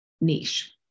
niche